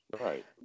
Right